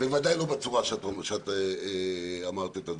ודאי לא בצורה שאת אמרת את הדברים.